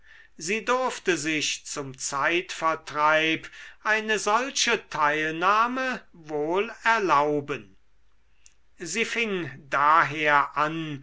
sie durfte sich zum zeitvertreib eine solche teilnahme wohl erlauben sie fing daher an